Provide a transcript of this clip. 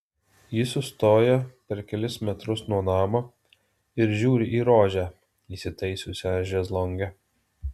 ji sustoja per kelis metrus nuo namo ir žiūri į rožę įsitaisiusią šezlonge